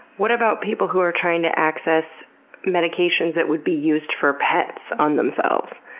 what about people who are trying to access medications that would be used for pets on themselves?